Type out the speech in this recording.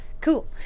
cool